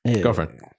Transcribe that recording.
Girlfriend